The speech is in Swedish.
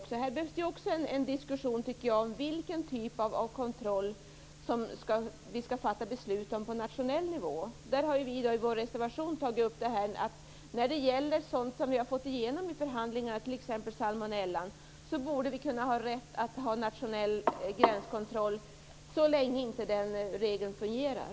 Här behövs det också en diskussion om vilken typ av kontroll vi skall fatta beslut om på nationell nivå. Vänsterpartiet säger i sin reservation att när det gäller sådant som vi har fått igenom i förhandlingar, t.ex. salmonellan, borde vi kunna ha rätt att ha nationell gränskontroll så länge regeln i fråga inte fungerar.